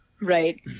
right